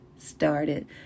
started